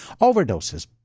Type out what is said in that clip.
overdoses